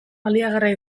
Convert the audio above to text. baliagarria